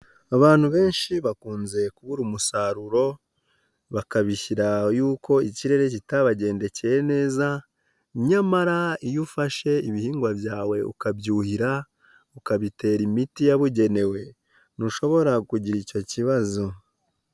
Abantu benshi bakunze kubura umusaruro bakabishyira y'uko ikirere kitabagendekeye neza, nyamara iyo ufashe ibihingwa byawe ukabyuhira ukabitera imiti yabugenewe ntushobora kugira icyo kibazo.